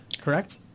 correct